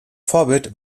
vorbild